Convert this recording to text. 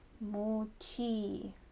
Mochi